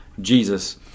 Jesus